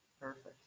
Perfect